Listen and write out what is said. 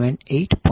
3VA છે